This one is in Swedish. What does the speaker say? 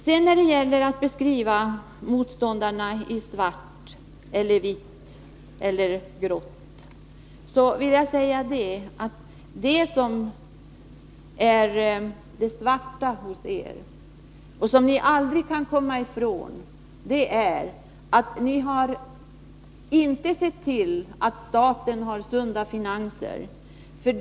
När det sedan gäller att beskriva motståndarna i vitt, svart eller grått vill jag säga att det svarta hos er — och det kan ni aldrig komma ifrån — är att ni inte har sett till att staten har sunda finanser.